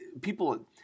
people